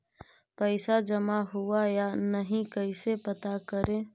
पैसा जमा हुआ या नही कैसे पता करे?